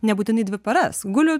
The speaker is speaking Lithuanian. nebūtinai dvi paras guliu